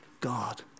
God